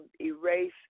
erase